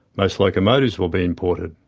most locomotives will be imported.